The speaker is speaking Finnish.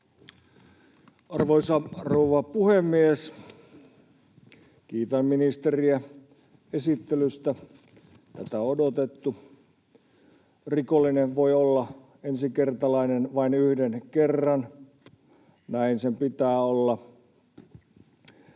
Arvoisa rouva puhemies! Kiitän ministeriä esittelystä. Tätä on odotettu. Rikollinen voi olla ensikertalainen vain yhden kerran, näin sen pitää olla.